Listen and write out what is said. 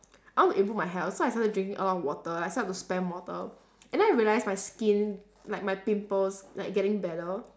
I want to improve my health so I started to drink a lot of water I started to spam water and then I realised my skin like my pimples like getting better